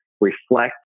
reflect